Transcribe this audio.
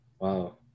Wow